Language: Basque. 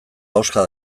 ahoska